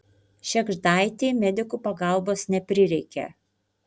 šėgždaitei medikų pagalbos neprireikė